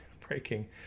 breaking